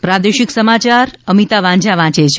પ્રાદેશિક સમાચાર અમિતા વાંઝા વાંચે છે